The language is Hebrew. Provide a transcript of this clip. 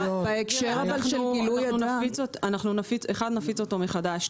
א', אנחנו נפיץ אותו מחדש.